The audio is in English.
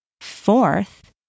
Fourth